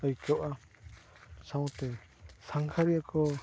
ᱟᱹᱭᱠᱟᱹᱜᱼᱟ ᱥᱟᱶᱛᱮ ᱥᱟᱸᱜᱷᱟᱨᱤᱭᱟᱹ ᱠᱚ